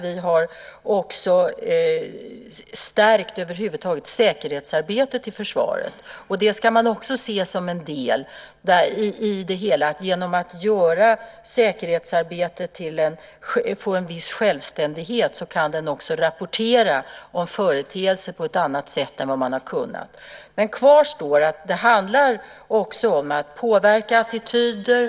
Vi har stärkt säkerhetsarbetet i försvaret. Det ska man också se som en del i det hela. Genom att göra så att säkerhetsarbetet får en viss självständighet kan man också rapportera om företeelser på ett annat sätt än vad man har kunnat. Kvar står att det handlar om att påverka attityder.